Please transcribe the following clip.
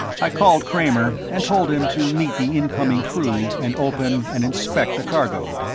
i called kramer and told him to meet the incoming crew and open and inspect the cargo.